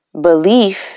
belief